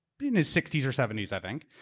in his sixty s or seventy s i think.